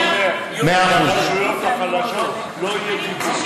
זה אומר שלרשויות החלשות לא יהיו קיצוצים.